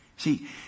See